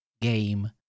game